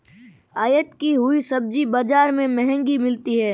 आयत की हुई सब्जी बाजार में महंगी मिलती है